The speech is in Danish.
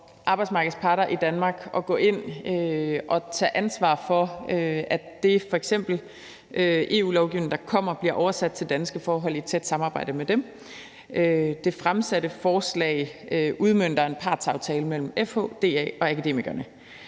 arbejdsmarkedets parter i Danmark at gå ind og tage ansvar for, at f.eks. den EU-lovgivning, der kommer, bliver oversat til danske forhold i et tæt samarbejde med dem. Det fremsatte forslag udmønter en partsaftale mellem FH, DA og Akademikerne.